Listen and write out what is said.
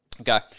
Okay